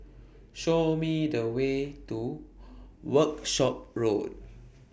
Show Me The Way to Workshop Road